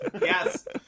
Yes